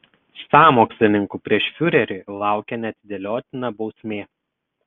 sąmokslininkų prieš fiurerį laukia neatidėliotina bausmė